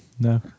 No